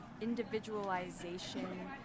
individualization